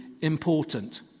important